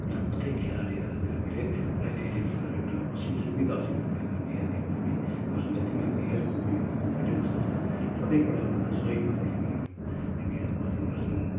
प्रत्येक खेलाडीहरूलाई चाहिँ हामीले प्राइज डिस्ट्रिब्युसन गरेर हामीले सुविधा असुविधा पनि हेर्ने हामी गर्छौँ जति नै हामी प्रत्येक पल्ट उनीहरूलाई सहयोग गर्ने हामी हामी गर्छौँ